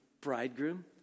bridegroom